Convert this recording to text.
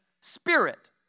spirit